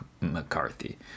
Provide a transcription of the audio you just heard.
McCarthy